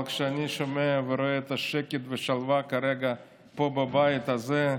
אבל כשאני שומע ורואה את השקט והשלווה כרגע פה בבית הזה,